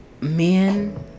men